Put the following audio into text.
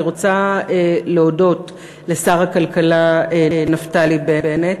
אני רוצה להודות לשר הכלכלה נפתלי בנט